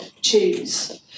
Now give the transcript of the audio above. choose